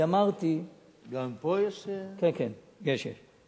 אני אמרתי, גם פה יש, כן, כן, יש, יש.